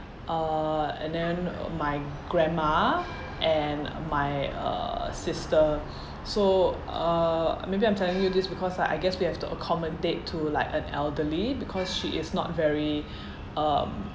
uh and uh then my grandma and my uh sister so uh maybe I'm telling you this because like I guess we have to accommodate to like an elderly because she is not very um